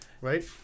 Right